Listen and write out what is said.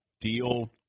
deal